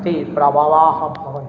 ते प्रभवाः भवन्ति